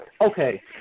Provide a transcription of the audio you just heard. okay